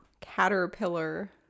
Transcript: caterpillar